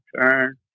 turn